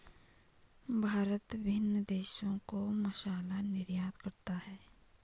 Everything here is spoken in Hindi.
भारत विभिन्न देशों को मसाला निर्यात करता है